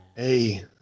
Hey